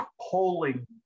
polling